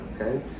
okay